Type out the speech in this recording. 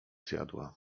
zjadła